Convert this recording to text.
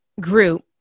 group